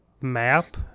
map